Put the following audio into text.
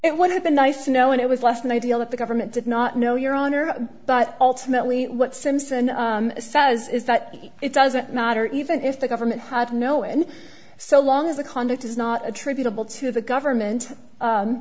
it would have been nice knowing it was less than ideal if the government did not know your honor but ultimately what simpson says is that it doesn't matter even if the government had no and so long as the conduct is not attributable to the government